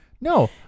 No